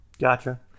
Gotcha